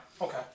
Okay